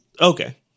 okay